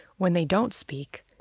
when they don't speak,